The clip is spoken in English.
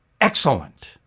excellent